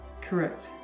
Correct